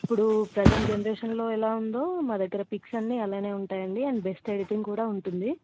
ఇప్పుడు ప్రెసెంట్ జనరేషన్లో ఎలా ఉందో మా దగ్గర పిక్స్ అన్నీ అలానే ఉంటాయండి అండ్ బెస్ట్ ఎడిటింగ్ కూడా ఉంటుంది